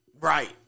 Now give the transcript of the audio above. Right